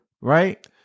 Right